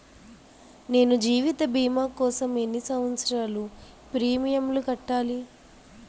నేను జీవిత భీమా కోసం ఎన్ని సంవత్సారాలు ప్రీమియంలు కట్టాలి?